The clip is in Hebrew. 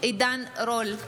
עידן רול,